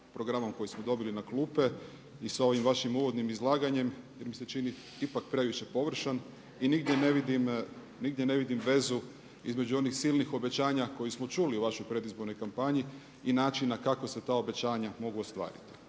programom koji smo dobili na klupe i sa ovim vašim uvodnim izlaganjem, jer mi se čini ipak previše površan i nigdje ne vidim vezu između onih silnih obećanja koje smo čuli u vašoj predizbornoj kampanji i načina kako se ta obećanja mogu ostvariti.